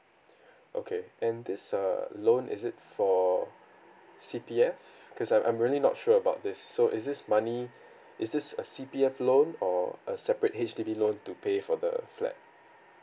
okay and this err loan is it for C_P_F cause I'm I'm really not sure about this so is this money is this a C_P_F loan or a separate H_D_B loan to pay for the flat